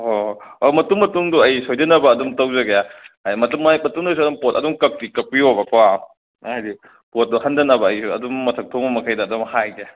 ꯍꯣꯏ ꯍꯣꯏ ꯃꯇꯨꯡ ꯃꯇꯨꯡꯗꯣ ꯑꯩ ꯁꯣꯏꯗꯅꯕ ꯑꯗꯨꯝ ꯇꯧꯖꯒꯦ ꯍꯥꯏ ꯃꯇꯨꯡ ꯃꯇꯨꯡꯗꯁꯨ ꯑꯗꯨꯝ ꯄꯣꯠ ꯑꯗꯨꯝ ꯀꯛꯄꯤ ꯀꯥꯛꯄꯤꯌꯣꯕꯀꯣ ꯑꯩꯅ ꯍꯥꯏꯗꯤ ꯄꯣꯠꯇꯣ ꯍꯟꯗꯅꯕ ꯑꯩꯁꯨ ꯑꯗꯨꯝ ꯃꯊꯛ ꯊꯣꯡꯕ ꯃꯈꯩꯗ ꯑꯗꯨꯝ ꯍꯥꯏꯒꯦ